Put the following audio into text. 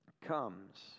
comes